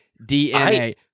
DNA